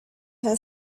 had